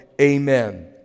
Amen